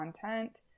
content